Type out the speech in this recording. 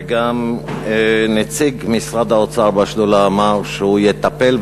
וגם נציג משרד האוצר בשדולה אמר שהוא יטפל,